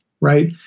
right